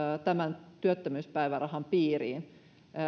päästä työttömyyspäivärahan piiriin